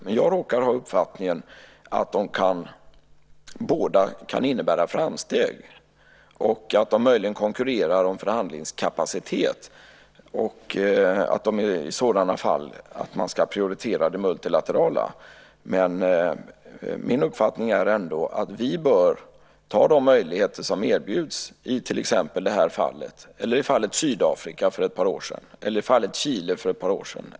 Men jag råkar ha den uppfattningen att båda kan innebära framsteg. De konkurrerar möjligen om förhandlingskapacitet, och i sådana fall ska man prioritera de multilaterala förhandlingarna. Min uppfattning är ändå att vi bör ta de möjligheter som erbjuds i till exempel det här fallet, precis som vi gjorde när det gäller Sydafrika, Chile och Mexiko för ett par år sedan.